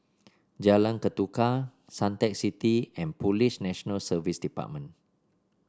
Jalan Ketuka Suntec City and Police National Service Department